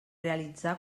realitzar